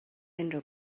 unrhyw